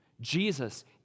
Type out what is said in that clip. Jesus